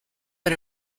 but